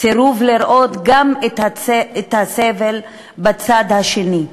לראות את הסבל גם בצד השני.